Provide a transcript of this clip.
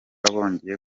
bongeye